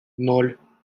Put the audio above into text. ноль